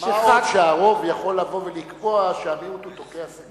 מה עוד שהרוב יכול לבוא ולקבוע שהמיעוט הוא תוקע סכין.